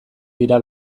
dira